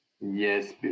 Yes